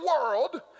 world